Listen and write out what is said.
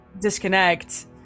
disconnect